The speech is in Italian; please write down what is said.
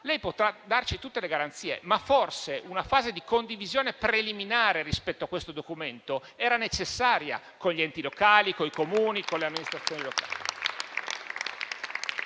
Lei potrà darci tutte le garanzie, ma forse una fase di condivisione preliminare rispetto a questo documento era necessaria con gli enti locali, i Comuni e le amministrazioni locali.